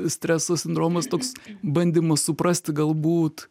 streso sindromas toks bandymas suprasti galbūt